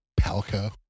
palco